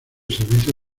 servicio